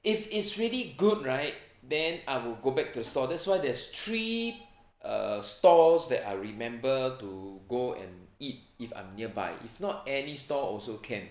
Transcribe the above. if it's really good right then I will go back to the store that's why there's three err stalls that I remember to go and eat if I'm nearby if not any store also can